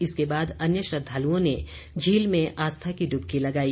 इसके बाद अन्य श्रद्वालुओं ने झील में आस्था की डूबकी लगाई